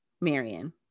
Marion